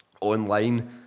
online